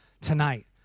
tonight